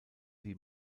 die